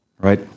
right